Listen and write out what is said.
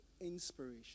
inspiration